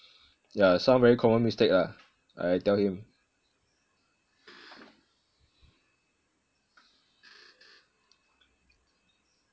yah some very common mistake ah I tell him